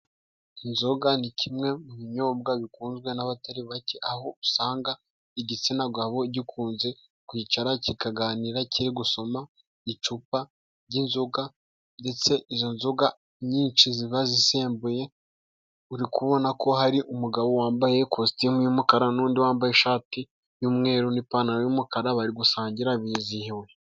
Inzoga ni kimwe mu binyobwa bikunzwe n' nabatari bake， aho usanga igitsina gabo gikunze kwicara， kikaganira kiri gusoma icupa ry'inzoga， ndetse izo nzoga inyinshi ziba zisembuye，uri kubona ko hari umugabo wambaye ikositimu y'umukara， n'undi wambaye ishati y'umweru n’ipantaro y’umukara， bari gusangira bizihiwe.